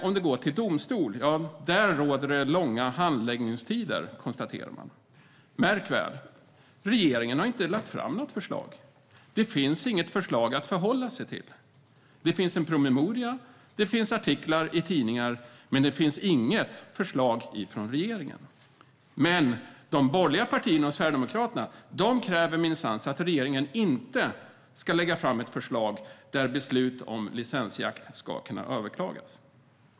I domstol råder det långa handläggningstider, konstaterar man. Märk väl att regeringen inte har lagt fram något förslag! Det finns inget förslag att förhålla sig till. Det finns en promemoria. Det finns artiklar i tidningar. Men det finns inget förslag från regeringen. Men de borgerliga partierna och Sverigedemokraterna kräver minsann att regeringen inte ska lägga fram ett förslag om att beslut om licensjakt ska kunna överklagas.